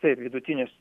taip vidutinis